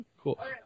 Cool